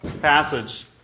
passage